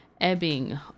ebbing